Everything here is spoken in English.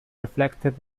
reflected